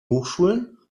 hochschulen